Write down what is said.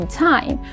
time